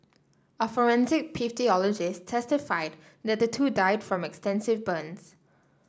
a forensic pathologist testified that the two died from extensive burns